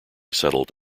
settled